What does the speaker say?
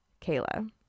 Kayla